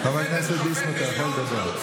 חבר הכנסת ביסמוט, אתה יכול לדבר.